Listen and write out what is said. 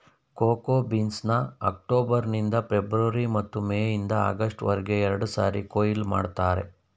cocoa ಬೀನ್ಸ್ನ October ನಿಂದ February ಮತ್ತು ಮೇ ಇಂದ ಆಗಸ್ಟ್ ವರ್ಗೆ ಎರಡ್ಸಾರಿ ಕೊಯ್ಲು ಮಾಡ್ತರೆ